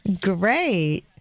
Great